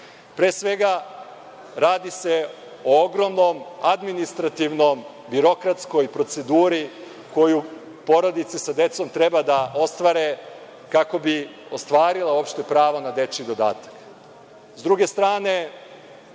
Pre svega, radi se o ogromnoj administrativnoj, birokratskoj proceduri koju porodice sa decom treba da ostvare kako bi ostvarile uopšte pravo na dečji dodatak.S